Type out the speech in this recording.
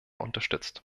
unterstützt